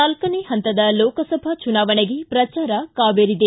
ನಾಲ್ಕನೇ ಪಂತದ ಲೋಕಸಭಾ ಚುನಾವಣೆಗೆ ಪ್ರಚಾರ ಕಾವೇರಿದೆ